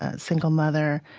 ah single mother,